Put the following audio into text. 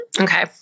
Okay